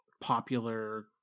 popular